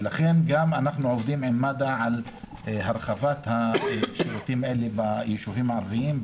לכן אנחנו עובדים עם מד"א גם על הרחבת השירותים האלה בישובים הערביים.